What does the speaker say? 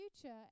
future